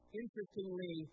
interestingly